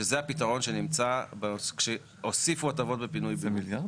שזה הפתרון שנמצא כשהוסיפו הטבות בפינוי בינוי.